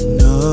no